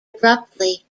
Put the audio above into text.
abruptly